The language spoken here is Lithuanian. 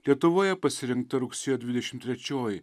lietuvoje pasirinkta rugsėjo dvidešim trečioji